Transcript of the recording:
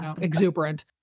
exuberant